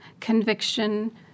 Conviction